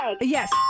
Yes